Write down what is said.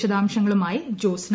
വിശദാംശങ്ങളുമായി ജോസ്ന